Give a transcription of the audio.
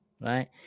right